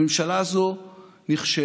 הממשלה הזאת נכשלה,